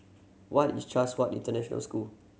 what is Chatsworth International School